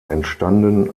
entstanden